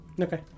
Okay